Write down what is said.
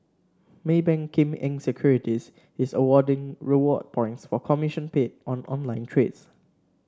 Maybank Kim Eng Securities is awarding reward points for commission paid on online trades